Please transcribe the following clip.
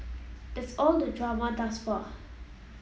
that's all the drama thus far